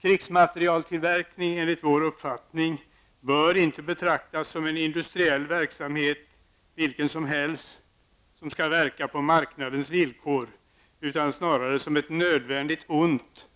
Krigsmaterieltillverkning bör enligt vår uppfattning inte betraktas som en industriell verksamhet vilken som helst som skall verka på marknadens villkor, utan snarare som ett nödvändigt ont